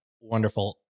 wonderful